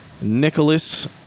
Nicholas